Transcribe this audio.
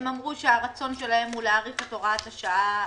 הם אמרו שהרצון שלהם הוא להאריך את הוראת השעה